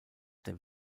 der